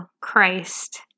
Christ